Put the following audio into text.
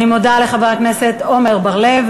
אני מודה לחבר הכנסת עמר בר-לב,